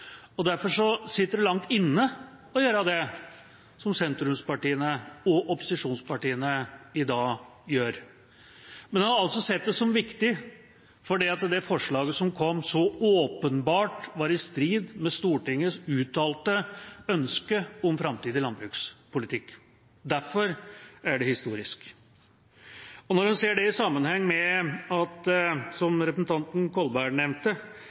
Derfor sitter det langt inne å gjøre det som sentrumspartiene og opposisjonspartiene i dag gjør. Men en har altså sett det som viktig fordi det forslaget som kom, så åpenbart var i strid med Stortingets uttalte ønske om framtidig landbrukspolitikk. Derfor er det historisk. Når en ser det i sammenheng med, som representanten Kolberg nevnte,